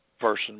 person